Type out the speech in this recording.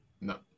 No